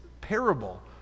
parable